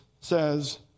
says